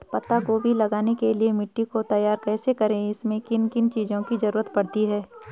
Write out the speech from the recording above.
पत्ता गोभी लगाने के लिए मिट्टी को तैयार कैसे करें इसमें किन किन चीज़ों की जरूरत पड़ती है?